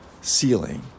ceiling